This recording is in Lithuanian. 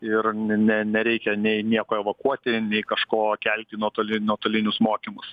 ir ne nereikia nei nieko evakuoti nei kažko kelti į nuotol nuotolinius mokymus